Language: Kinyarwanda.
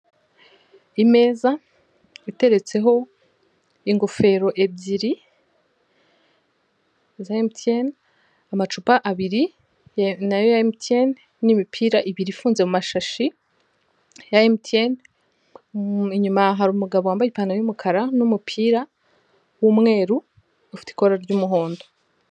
Imeza iteretseho ingofero ebyiri za emutiyeni, amacup abiri nayo ya emutiyene n'imipira ibiri ifunze mu mashashi, ya emutiyeni inyuma hari umugabo wambaye umupira w'umweru ufite ikora ry'umuhondo.